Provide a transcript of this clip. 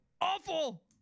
Awful